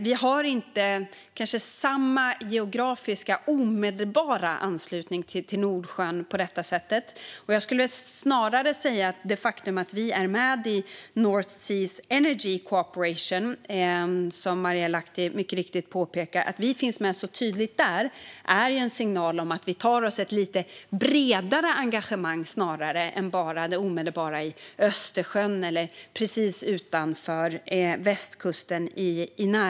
Vi har kanske inte en omedelbar geografisk anslutning till Nordsjön på samma sätt. Snarare är det faktum att vi så tydligt finns med i North Seas Energy Cooperation, som Marielle Lahti mycket riktigt påpekade, en signal om att vi har ett lite bredare engagemang än bara det omedelbara i Östersjön eller precis utanför västkusten.